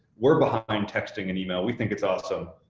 we're behind texting and email, we think it's awesome.